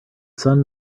sun